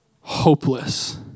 hopeless